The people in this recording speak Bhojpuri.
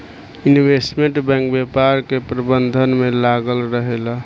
इन्वेस्टमेंट बैंक व्यापार के प्रबंधन में लागल रहेला